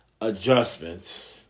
adjustments